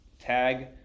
Tag